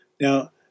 Now